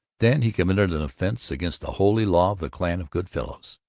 then he committed an offense against the holy law of the clan of good fellows.